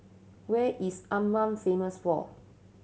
where is Amman famous for